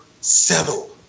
settle